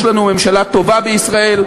יש לנו ממשלה טובה בישראל,